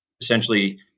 essentially